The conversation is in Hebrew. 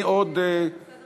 מי עוד מהמציעים